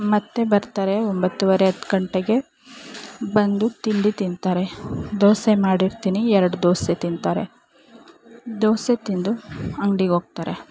ಮತ್ತು ಬರ್ತಾರೆ ಒಂಬತ್ತುವರೆ ಹತ್ತು ಗಂಟೆಗೆ ಬಂದು ತಿಂಡಿ ತಿಂತಾರೆ ದೋಸೆ ಮಾಡಿರ್ತೀನಿ ಎರಡು ದೋಸೆ ತಿಂತಾರೆ ದೋಸೆ ತಿಂದು ಅಂಗ್ಡಿಗೆ ಹೋಗ್ತಾರೆ